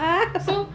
ya